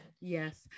yes